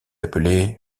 appelée